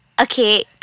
Okay